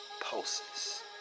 pulses